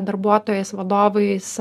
darbuotojais vadovais